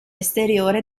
esteriore